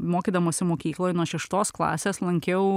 mokydamasi mokykloj nuo šeštos klasės lankiau